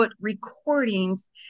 recordings